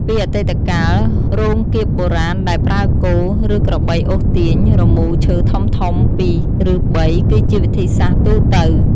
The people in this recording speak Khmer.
ពីអតីតកាល រោងកៀបបុរាណដែលប្រើគោ ឬក្របីអូសទាញ រមូរឈើធំៗពីរ ឬបី គឺជាវិធីសាស្ត្រទូទៅ។